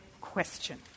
question